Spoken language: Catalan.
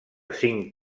cinc